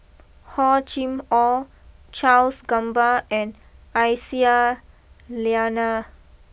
Hor Chim or Charles Gamba and Aisyah Lyana